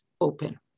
open